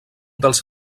dels